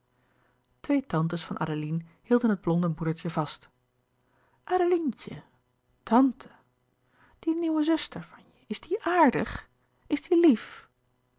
twee tantes van adeline hielden het blonde moedertje vast adelientje tante louis couperus de boeken der kleine zielen die nieuwe zuster van je is die aardig is die lief